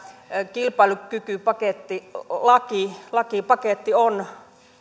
kilpailukykypaketti lakipaketti on